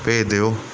ਭੇਜ ਦਿਓ